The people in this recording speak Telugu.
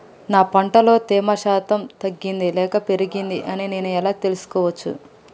నా పంట లో తేమ శాతం తగ్గింది లేక పెరిగింది అని నేను ఎలా తెలుసుకోవచ్చు?